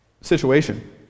situation